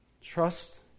Trust